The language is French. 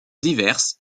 diverse